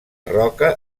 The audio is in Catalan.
roca